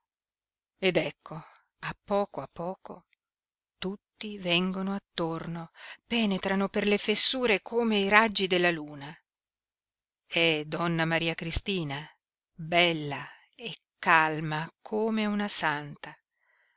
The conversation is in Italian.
ed ecco a poco a poco tutti vengono attorno penetrano per le fessure come i raggi della luna è donna maria cristina bella e calma come una santa